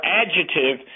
adjective